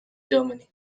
germany